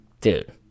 Dude